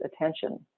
attention